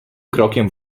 krokiem